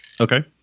Okay